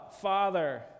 Father